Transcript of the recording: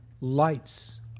lights